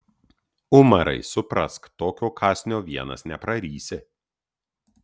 umarai suprask tokio kąsnio vienas neprarysi